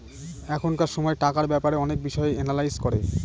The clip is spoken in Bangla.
এখনকার সময় টাকার ব্যাপারে অনেক বিষয় এনালাইজ করে